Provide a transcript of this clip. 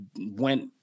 went